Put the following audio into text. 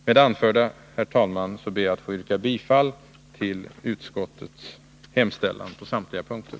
Med det anförda yrkar jag, herr talman, bifall till såväl arbetsmarknadsutskottets som näringsutskottets hemställan på samtliga punkter.